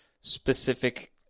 specific